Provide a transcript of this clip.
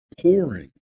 pouring